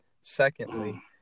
Secondly